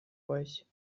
euch